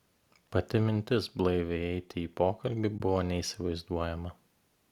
pati mintis blaiviai eiti į pokalbį buvo neįsivaizduojama